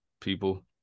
people